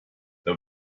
the